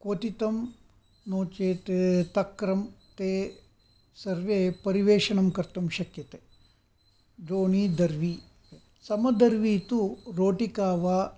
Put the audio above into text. क्वोथितं नो चेत् तक्रं ते सर्वे परिवेषणं कर्तुं शक्यते द्रोणी दर्वी समदर्वी तु रोटिका वा